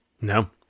No